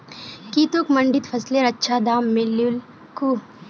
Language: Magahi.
की तोक मंडीत फसलेर अच्छा दाम मिलील कु